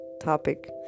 topic